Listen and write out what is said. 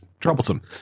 troublesome